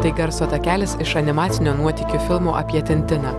tai garso takelis iš animacinio nuotykių filmo apie tentiną